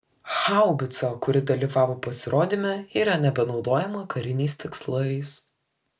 haubica kuri dalyvavo pasirodyme yra nebenaudojama kariniais tikslais